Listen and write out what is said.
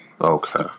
Okay